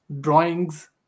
drawings